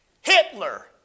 Hitler